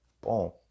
Boom